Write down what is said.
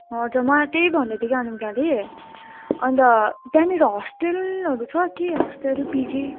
हजुर मलाई त्यही भन्दै थियो कि अनामिकाले अन्त त्यहाँनिर हस्टेलहरू छ कि हस्टेल पिजी